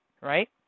right